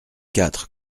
quatre